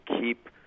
keep